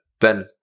Ben